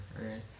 right